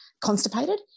constipated